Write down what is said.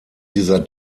dieser